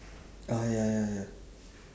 ah ya ya ya